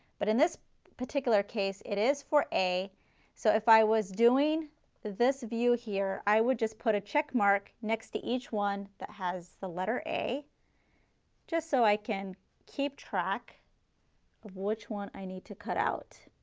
but in this particular case it is for a so if i was doing this view here i would just put a check mark next to each one that has the letter a just so i can keep track of which one i need to cut out.